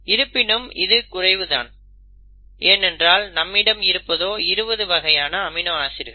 இருப்பினும் இது குறைவு தான் ஏனென்றால் நம்மிடம் இருப்பதோ 20 வகை அமினோ ஆசிட்கள்